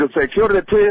security